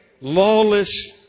lawless